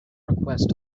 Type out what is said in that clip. request